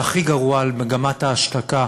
והכי גרוע, על מגמת ההשתקה,